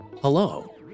Hello